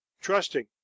Trusting